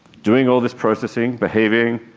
doing all this processing, behaving,